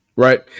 Right